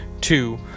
Two